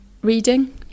reading